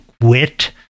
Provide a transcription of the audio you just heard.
wit